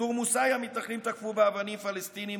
בתורמוס עיא מתנחלים תקפו באבנים פלסטינים